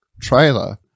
trailer